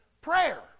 prayer